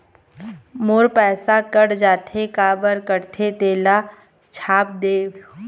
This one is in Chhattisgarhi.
मोर पैसा कट जाथे काबर कटथे तेला छाप देव?